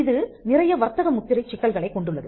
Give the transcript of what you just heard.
இது நிறைய வர்த்தக முத்திரைச் சிக்கல்களைக் கொண்டுள்ளது